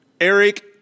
Eric